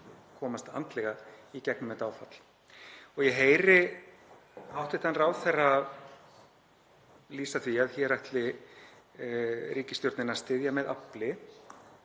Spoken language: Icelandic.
komast andlega í gegnum þetta áfall. Ég heyri hæstv. ráðherra lýsa því að hér ætli ríkisstjórnin að styðja með afli